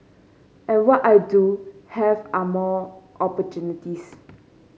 and what I do have are more opportunities